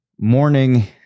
morning